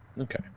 okay